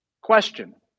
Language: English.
question